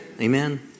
Amen